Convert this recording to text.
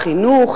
החינוך,